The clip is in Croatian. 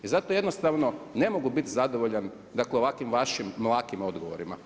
I zato jednostavno ne mogu biti zadovoljan ovakvim vašim mlakim odgovorima.